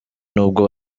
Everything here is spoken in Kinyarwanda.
n’ubwo